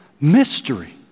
mystery